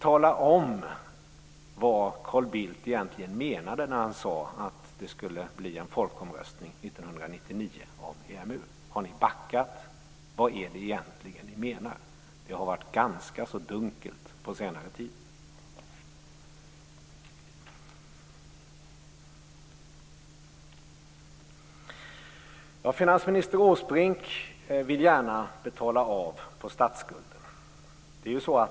Tala också gärna om vad Carl Bildt egentligen menade när han talade om en folkomröstning om EMU 1999. Har ni backat? Vad menar ni egentligen? Det har varit ganska så dunkelt på senare tid. Finansminister Erik Åsbrink vill gärna betala av på statsskulden.